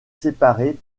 séparés